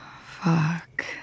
Fuck